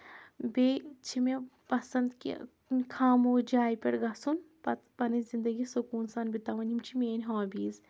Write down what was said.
بیٚیہِ چھِ مےٚ پَسنٛد کہِ خاموش جایہِ پؠٹھ گژھُن پَتہٕ پَنٕنۍ زندگی سکوٗن سان بِتاوٕنۍ یِم چھِ میٲنۍ ہابیٖز